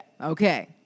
okay